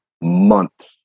months